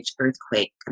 earthquake